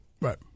Right